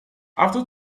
after